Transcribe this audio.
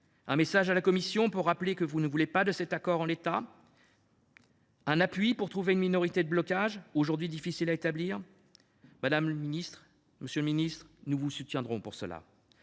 Un message à la Commission pour rappeler que vous ne voulez pas de cet accord en l’état ? Un appui pour trouver une minorité de blocage, aujourd’hui difficile à constituer ? Madame la ministre, monsieur le ministre, nous vous soutiendrons, mais ce